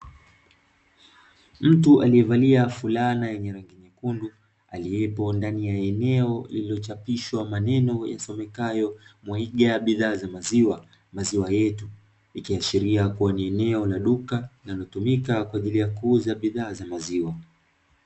Mtu aliyevalia flana ya rangi nyekundu aliyepo ndani ya eneo lililochapishwa maandishi yasomekayo "MWAIGA BIDHAA ZA MAZIWA, MAZIWA YETU". Ikiashiria kuwa eneo la duka linalotumika kwa ajili kuuza bidhaa za maziwa.